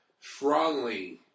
strongly